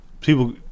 people